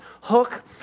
Hook